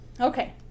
Okay